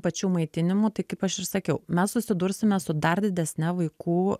pačių maitinimų tai kaip aš ir sakiau mes susidursime su dar didesne vaikų